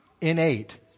innate